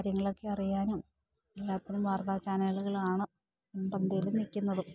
കാര്യങ്ങളൊക്കെയറിയാനും എല്ലാത്തിനും വാർത്താ ചാനലുകളാണ് മുൻപന്തിയിൽ നില്ക്കുന്നതും